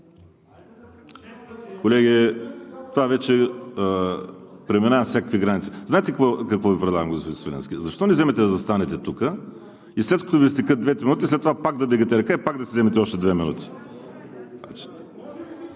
Колеги, това вече преминава всякакви граници. Знаете ли какво Ви предлагам, господин Свиленски? Защо не вземете да застанете тук и след като Ви изтекат двете минути, пак да вдигате ръка и пак да си вземете още две минути? (Шум